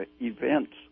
events